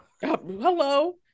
Hello